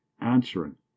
answering